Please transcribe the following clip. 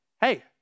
hey